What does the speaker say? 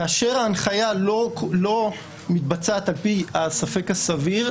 כאשר ההנחיה לא מתבצעת על פי הספק הסביר,